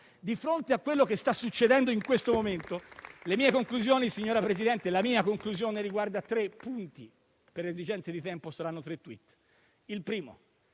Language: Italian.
di fronte a quanto sta succedendo in questo momento, le mie conclusioni riguardano tre punti. Per esigenze di tempo, saranno tre *tweet*: